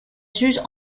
juge